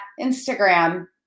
Instagram